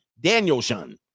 Danielshun